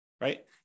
right